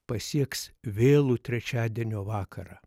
pasieks vėlų trečiadienio vakarą